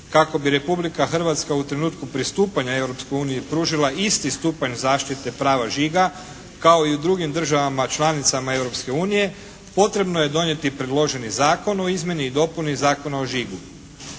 kako bi Republika Hrvatska u trenutku pristupanja Europskoj uniji pružila isti stupanj zaštite prava žiga kao i u drugim državama članicama Europske unije potrebno je donijeti predloženi Zakon o izmjeni i dopuni Zakona o žigu.